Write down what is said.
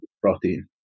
protein